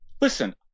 Listen